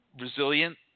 resilient